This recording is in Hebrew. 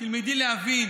אתם מנציחים את החמאס,